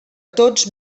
tots